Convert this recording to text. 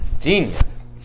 Genius